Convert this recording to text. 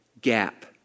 gap